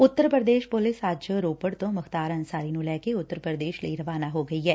ਉੱਤਰ Pradesh police ਅੱਜ ਰੋਪੜ ਤੋ ਮੁਖ਼ਤਾਰ ਅੰਸਾਰੀ ਨੂੰ ਲੈ ਕੇ ਉੱਤਰ ਪ੍ਰਦੇਸ਼ ਲਈ ਰਵਾਨਾ ਹੋ ਗਈ ਐ